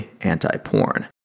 anti-porn